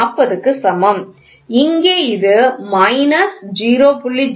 0 க்கு சமம் இங்கே இது மைனஸ் 0